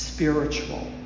Spiritual